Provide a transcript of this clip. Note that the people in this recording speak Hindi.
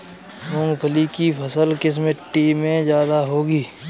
मूंगफली की फसल किस मिट्टी में ज्यादा होगी?